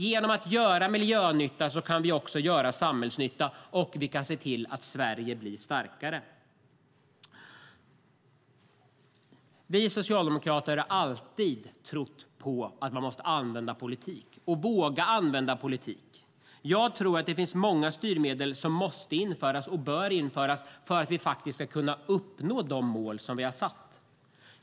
Genom att göra miljönytta kan vi också göra samhällsnytta, och vi kan se till att Sverige blir starkare. Vi socialdemokrater har alltid trott på att man måste använda politik och våga använda politik. Jag tror att det finns många styrmedel som måste införas för att vi ska kunna uppnå de mål som vi har satt.